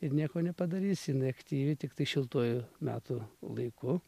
ir nieko nepadarysi jinai aktyvi tiktai šiltuoju metų laiku